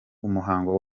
umuhango